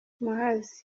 muhazi